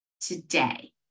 today